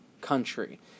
country